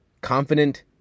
confident